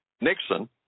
Nixon